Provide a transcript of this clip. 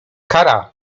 kara